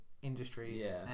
industries